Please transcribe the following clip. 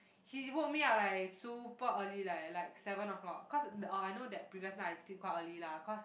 he woke me up like super early like like seven o-clock cause orh I know that previous night I sleep quite early lah cause